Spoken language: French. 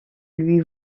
lui